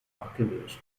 abgelöst